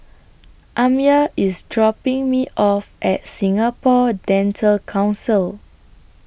Amya IS dropping Me off At Singapore Dental Council